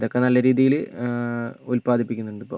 ഇതൊക്കെ നല്ല രീതിയിൽ ഉൽപാദിപ്പിക്കുന്നുണ്ട് ഇപ്പം